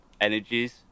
energies